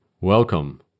Welcome